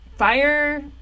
fire